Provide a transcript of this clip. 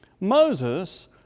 Moses